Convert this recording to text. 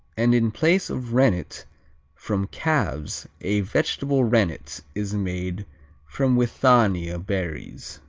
and in place of rennet from calves a vegetable rennet is made from withania berries.